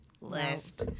left